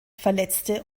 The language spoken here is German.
verletzte